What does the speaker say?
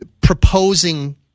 proposing